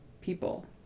people